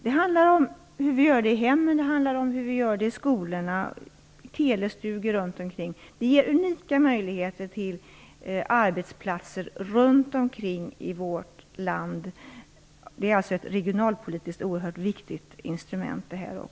Det handlar om hur vi gör det i hemmen, i skolorna och i telestugor runt omkring. Det ger unika möjligheter till arbetsplatser runt omkring i vårt land. Detta är alltså ett regionalpolitiskt väldigt viktigt instrument.